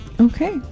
Okay